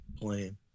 playing